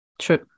True